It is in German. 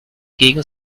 gegen